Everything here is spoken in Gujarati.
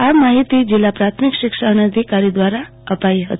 એ માહિતી જિલ્લા પ્રાથમિક શિક્ષણાધીકારી દ્રારા અપાઈ હતી